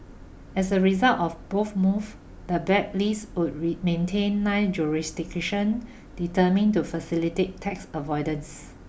as a result of both move the blacklist would maintain nine jurisdictions determine to facilitate tax avoidance